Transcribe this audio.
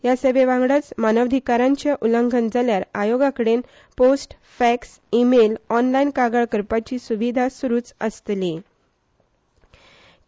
ह्या सेवेवांगडाच मानवाधीकारांचे उलंघन जाल्यार आयोगाकडेन post fax email online कागाळ करपाची सुवीधा सुरूच आसतल्यो